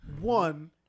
one